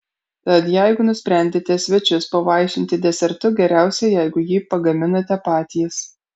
tad jeigu nusprendėte svečius pavaišinti desertu geriausia jeigu jį pagaminote patys